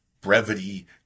brevity